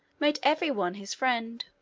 made every one his friend.